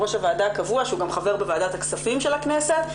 הקבוע שהוא גם חבר בוועדת הכספים של הכנסת,